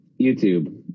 YouTube